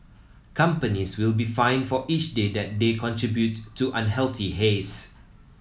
companies will be fined for each day that they contribute to unhealthy haze